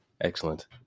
excellent